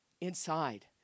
inside